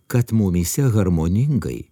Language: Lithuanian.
kad mumyse harmoningai